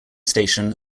station